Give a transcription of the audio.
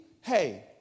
hey